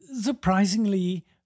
surprisingly